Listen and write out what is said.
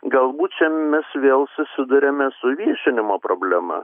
galbūt čia mes vėl susiduriame su viešinimo problema